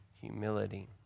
humility